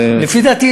לפי דעתי,